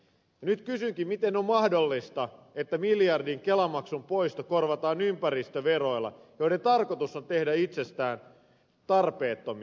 nyt kysynkin miten on mahdollista että miljardin kelamaksun poisto korvataan ympäristöveroilla joiden tarkoitus on tehdä itsestään tarpeettomia